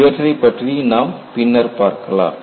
இவற்றைப் பற்றி நாம் பின்னர் பார்க்கலாம்